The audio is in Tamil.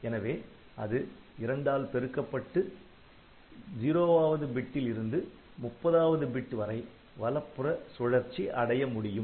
எனவே அது 2 ஆல் பெருக்கப்பட்டு 0 வது பிட்டில் இருந்து 30 வது பிட் வரை வலப்புற சுழற்சி அடைய முடியும்